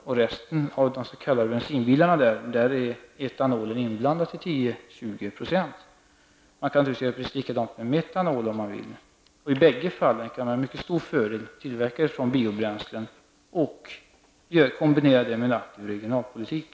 Bland resten, de s.k. bensinbilarna, är etanolet inblandat i 10--20 % av fallen. Man kan naturligtvis göra precis likadant med metanol om man vill. I bägge fallen kan man med mycket stor fördel tillverka det från biobränslen, och det kan kombineras med en aktiv regionalpolitik.